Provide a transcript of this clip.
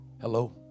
Hello